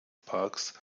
parks